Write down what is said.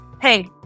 hey